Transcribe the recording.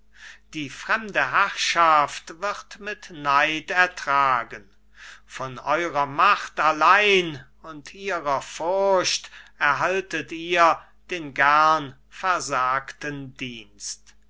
die fremde herrschaft wird mit neid ertragen von eurer macht allein und ihrer furcht erhaltet ihr den gern versagten dienst